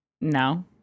No